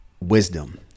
wisdom